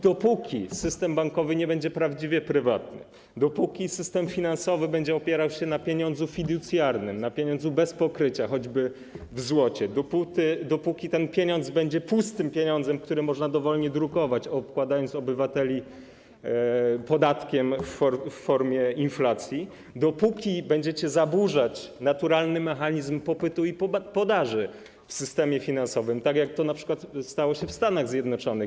Dopóki system bankowy nie będzie prawdziwie prywatny, dopóki system finansowy będzie opierał się na pieniądzu fiducjarnym, na pieniądzu bez pokrycia, choćby w złocie, dopóki ten pieniądz będzie pustym pieniądzem, który można dowolnie drukować, obkładając obywateli podatkiem w formie inflacji, dopóki będziecie zaburzać naturalny mechanizm popytu i podaży w systemie finansowym, tak jak to np. stało się w Stanach Zjednoczonych.